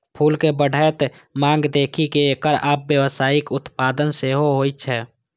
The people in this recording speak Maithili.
फूलक बढ़ैत मांग देखि कें एकर आब व्यावसायिक उत्पादन सेहो होइ छै